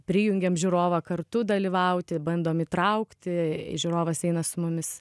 prijungiam žiūrovą kartu dalyvauti bandom įtraukti žiūrovas eina su mumis